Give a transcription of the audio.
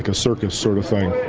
ah circus sort of thing.